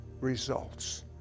results